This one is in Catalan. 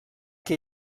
que